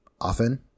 often